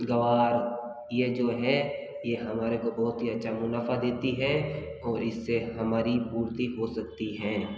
गवार ये जो हैं ये हमारे को बहुत ही अच्छा मुनाफ़ा देती हैं और इससे हमारी पूर्ति हो सकती हैं